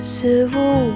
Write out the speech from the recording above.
civil